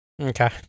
Okay